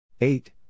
Eight